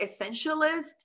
essentialist